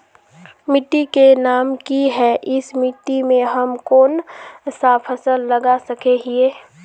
मिट्टी के नाम की है इस मिट्टी में हम कोन सा फसल लगा सके हिय?